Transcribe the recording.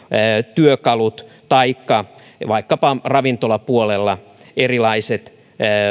työkalut taikka vaikkapa ravintolapuolella erilaiset